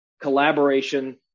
collaboration